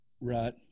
Right